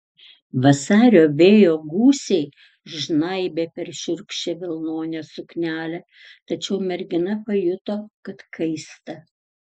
vasario vėjo gūsiai žnaibė per šiurkščią vilnonę suknelę tačiau mergina pajuto kad kaista